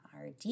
RD